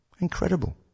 Incredible